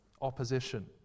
opposition